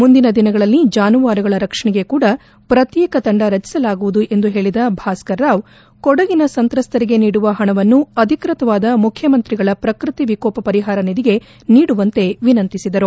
ಮುಂದಿನ ದಿನಗಳಲ್ಲಿ ಜಾನುವಾರುಗಳ ರಕ್ಷಣೆಗೆ ಕೂಡಾ ಪ್ರತ್ಯೇಕ ತಂಡ ರಚಿಸಲಾಗುವುದು ಎಂದು ಹೇಳಿದ ಭಾಸ್ಕರರಾವ್ ಕೊಡಗಿನ ಸಂತ್ರಸ್ವರಿಗೆ ನೀಡುವ ಹಣವನ್ನು ಅಧಿಕೃತವಾದ ಮುಖ್ಯಮಂತ್ರಿಗಳ ಪ್ರಕೃತಿ ವಿಕೋಪ ಪರಿಹಾರ ನಿಧಿಗೆ ನೀಡುವಂತೆ ವಿನಂತಿಸಿದರು